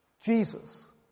Jesus